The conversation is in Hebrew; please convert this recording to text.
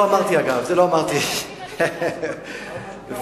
את זה לא אמרתי, אגב.